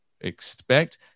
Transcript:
expect